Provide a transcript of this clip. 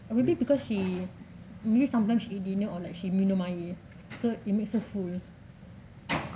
and maybe because she maybe sometimes she eat dinner or like she minum air so it makes her full